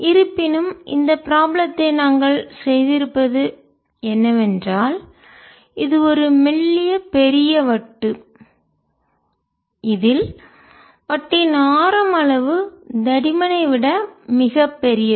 இருப்பினும் இந்த ப்ராப்ளத்தை நாங்கள் செய்திருப்பது என்னவென்றால் இது ஒரு மெல்லிய பெரிய வட்டு இதில் வட்டின் ஆரம் அளவு தடிமன் விட மிகப் பெரியது